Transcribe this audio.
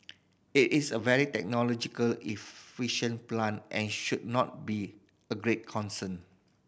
it is a very technologically efficient plant and should not be of great concern